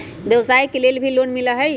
व्यवसाय के लेल भी लोन मिलहई?